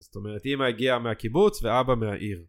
זאת אומרת אמא הגיעה מהקיבוץ ואבא מהעיר.